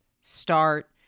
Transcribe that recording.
start